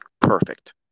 perfect